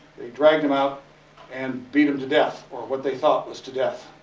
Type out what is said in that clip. dragged them out and beat them to death, or what they thought was to death.